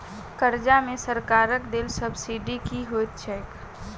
कर्जा मे सरकारक देल सब्सिडी की होइत छैक?